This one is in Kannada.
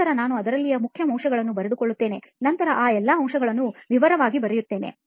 ನಂತರ ನಾನು ಅದರಲ್ಲಿನ ಮುಖ್ಯ ಅಂಶಗಳನ್ನು ಬರೆದುಕೊಳ್ಳುತ್ತೇನೆ ನಂತರ ಆ ಎಲ್ಲಾ ಅಂಶಗಳನ್ನು ವಿವರವಾಗಿ ಬರೆಯುತ್ತೇನೆ